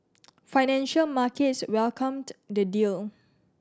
financial markets welcomed the deal